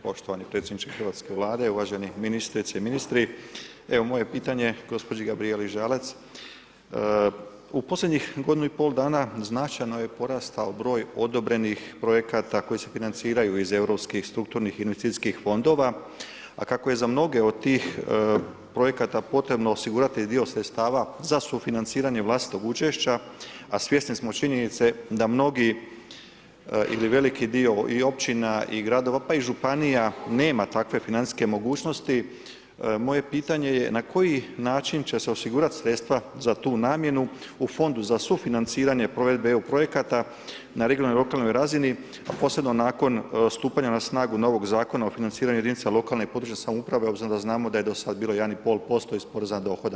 Poštovani predsjedniče hrvatske Vlade i uvaženi ministrice i ministri evo moje pitanje gospođi Gabrijeli Žalac, u posljednjih godinu i pol dana značajno je porastao broj odobrenih projekata koji se financiraju iz europskih strukturnih investicijskih fondova, a kako je za mnoge od tih projekata potrebno osigurati i dio sredstava za sufinanciranje vlastitog učešća, a svjesni smo činjenice da mnogi ili veliki dio i općina i gradova, pa i županija nema takve financijske mogućnosti, moje pitanje je na koji način će se osigurati sredstva za tu namjenu u Fondu za sufinanciranje provedbe EU projekata na regionalnoj i lokalnoj razini, a posebno nakon stupanja na snagu novog Zakona o financiranju jedinica lokalne i područne samouprave obzirom da znamo a je do sada bilo 1,5% iz poreza na dohodak.